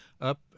up